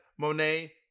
Monet